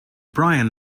bryan